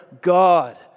God